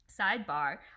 Sidebar